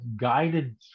guided